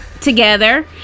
together